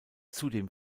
zudem